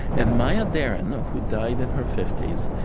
and maya deren, who died in her fifty s,